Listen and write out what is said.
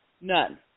None